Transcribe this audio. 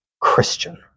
Christian